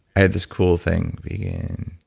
i have this cool thing in